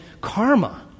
karma